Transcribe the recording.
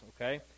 Okay